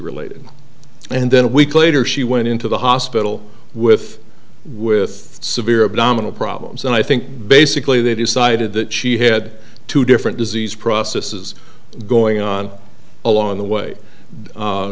related and then a week later she went into the hospital with with severe abdominal problems and i think basically they decided that she had two different disease processes going on along the way